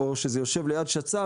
או שזה יושב שצ"ף,